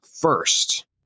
first